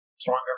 Stronger